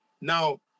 Now